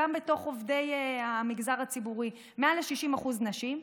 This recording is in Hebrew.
גם בתוך עובדי המגזר הציבורי: מעל 60% נשים,